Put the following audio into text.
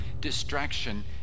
distraction